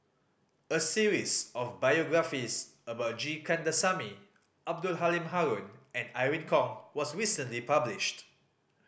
a series of biographies about G Kandasamy Abdul Halim Haron and Irene Khong was recently published